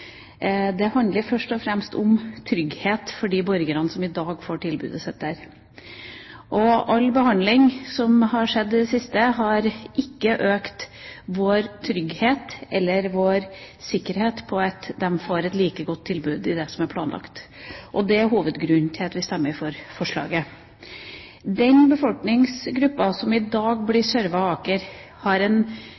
Det handler først og fremst om trygghet for de borgerne som i dag får tilbudet sitt der. All behandling som har skjedd i det siste, har ikke økt vår trygghet eller vår sikkerhet for at de får et like godt tilbud i det som er planlagt. Det er hovedgrunnen til at vi stemmer for forslaget. Den befolkningsgruppen nasjonalt som i dag blir